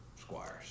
squires